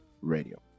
radio